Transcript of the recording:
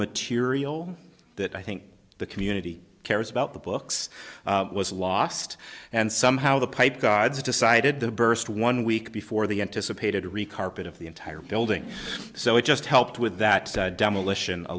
material that i think the community cares about the books was lost and somehow the pipe gods decided to burst one week before the anticipated rijkaard bit of the entire building so it just helped with that demolition a